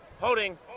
Holding